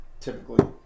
typically